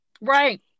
Right